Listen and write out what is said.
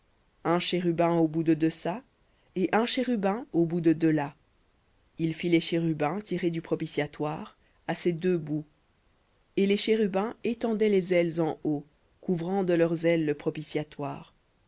un chérubin au bout de deçà et un chérubin au bout de delà vous ferez les chérubins du propitiatoire à ses deux bouts et les chérubins étendront les ailes en haut couvrant de leurs ailes le propitiatoire